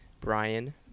Brian